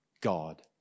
God